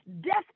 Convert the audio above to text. Death